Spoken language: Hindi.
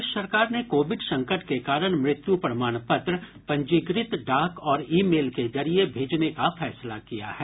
राज्य सरकार ने कोविड संकट के कारण मृत्यु प्रमाण पत्र पंजीकृत डाक और ई मेल के जरिये भेजने का फैसला किया है